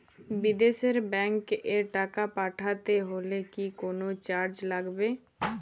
বিদেশের ব্যাংক এ টাকা পাঠাতে হলে কি কোনো চার্জ লাগবে?